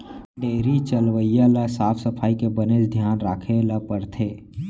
dairy चलवइया ल साफ सफई के बनेच धियान राखे ल परथे